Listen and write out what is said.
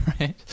right